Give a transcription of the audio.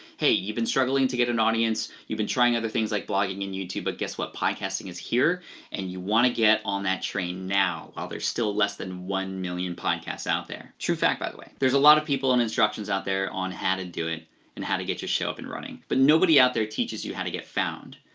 hey, you've been struggling to get an audience, you've been trying other things like blogging and youtube but guess what? podcasting is here and you wanna get on that train now while there's still less than one million podcasts out there. true fact, by the way. there's a lot of people and instructions out there on how to do it and how to get your show up and running, but nobody out there teaches you how to get found.